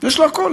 יש לו הכול,